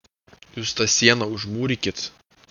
jūs tą sieną užmūrykit